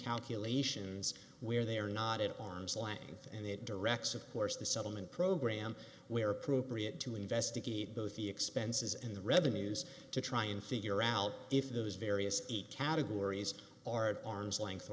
calculations where they are not it arm's length and it directs of course the settlement program where appropriate to investigate both the expenses and the revenues to try and figure out if those various categories are arm's length